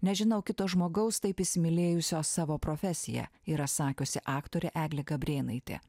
nežinau kito žmogaus taip įsimylėjusio savo profesiją yra sakiusi aktorė eglė gabrėnaitė